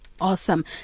awesome